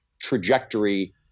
trajectory